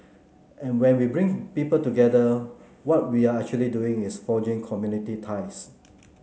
and when we bring people together what we are actually doing is forging community ties